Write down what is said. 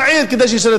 לא בשר הפנים.